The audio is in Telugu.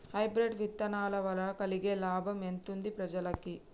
హైబ్రిడ్ విత్తనాల వలన కలిగే లాభం ఎంతుంది ప్రజలకి?